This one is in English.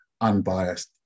unbiased